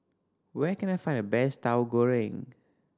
where can I find the best Tahu Goreng